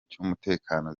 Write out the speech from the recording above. cy’umutekano